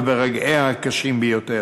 וברגעיה הקשים ביותר.